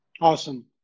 Awesome